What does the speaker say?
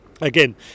Again